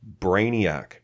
Brainiac